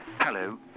Hello